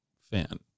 fan